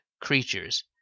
creatures